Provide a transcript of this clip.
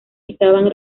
estaban